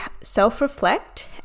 self-reflect